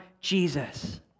Jesus